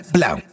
Blow